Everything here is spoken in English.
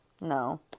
No